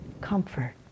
comfort